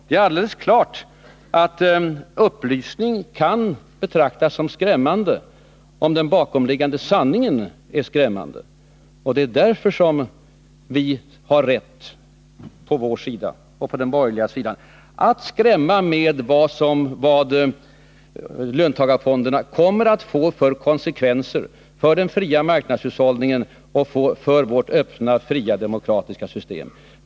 Det är alldeles klart att upplysning kan betraktas som skrämmande, om den bakomliggande sanningen är skrämmande. På samma sätt har vi på den borgerliga sidan rätt att skrämma med de konsekvenser som löntagarfonderna kommer att få för den fria marknadshushållningen och för vårt öppna och fria demokratiska system.